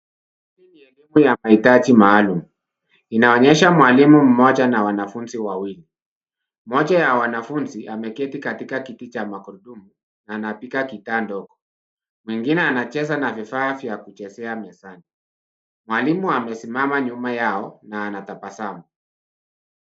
Hii ni elimu ya mahitaji maalum , inaonyesha mwalimu mmoja na wanafunzi wawili ,moja ya wanafunzi ameketi katika kiti cha mangurundumu anapinga kitado, mwingine anacheza na vifaa vya kuchezea mezani. Mwalimu amesimama nyuma yao na anatabasamu.